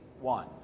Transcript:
one